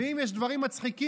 אם יש דברים מצחיקים,